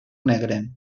negre